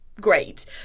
great